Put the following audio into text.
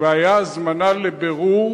והיתה הזמנה לבירור